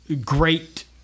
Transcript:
great